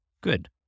Good